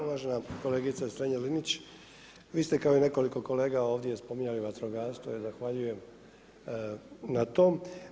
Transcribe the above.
Uvažena kolegica Strenja-Linić, vi ste kao i nekoliko kolega ovdje spominjali vatrogastvo i zahvaljujem na tom.